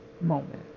moment